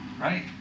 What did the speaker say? right